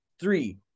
three